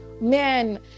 man